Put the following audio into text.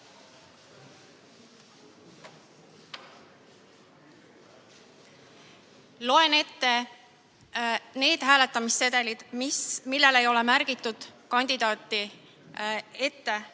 Loen ette need hääletamissedelid, millel ei ole märgitud kandidaadi nime